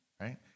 right